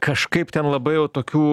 kažkaip ten labai jau tokių